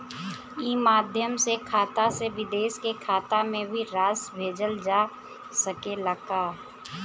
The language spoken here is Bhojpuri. ई माध्यम से खाता से विदेश के खाता में भी राशि भेजल जा सकेला का?